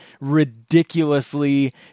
ridiculously